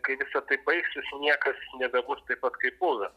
kai visa tai baigsis niekas nebebus taip pat kaip buvę